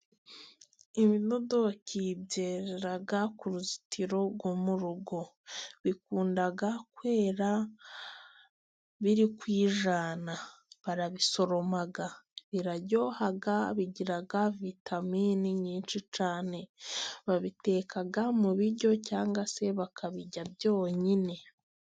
Ibidodoki byerera ku ruzitiro rwo mu rugo, bikunda kwera biri kwijyana, barabisoroma biraryoha bigira vitaminini nyinshi cyane, babiteka mu biryo cyangwa se bakabirya byonyine.